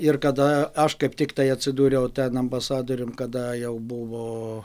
ir kada aš kaip tiktai atsidūriau ten ambasadorium kada jau buvo